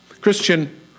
Christian